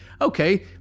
okay